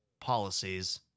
Policies